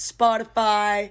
Spotify